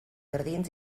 jardins